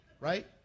right